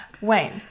Wayne